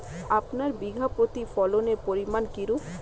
আপনার বিঘা প্রতি ফলনের পরিমান কীরূপ?